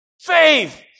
faith